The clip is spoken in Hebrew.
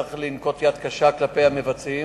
וצריך לנקוט יד קשה כלפי המבצעים.